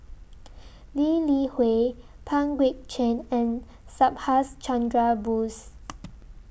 Lee Li Hui Pang Guek Cheng and Subhas Chandra Bose